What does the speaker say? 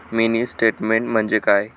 Mini statement म्हणजे काय?